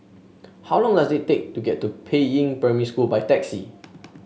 how long does it take to get to Peiying Primary School by taxi